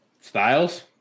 Styles